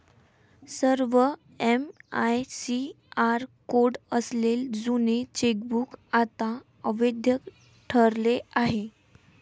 सर्व MICR code असलेले जुने चेकबुक आता अवैध ठरले आहे